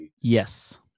Yes